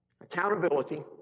Accountability